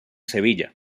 sevilla